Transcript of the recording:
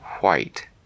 white